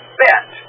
bet